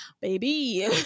baby